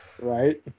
right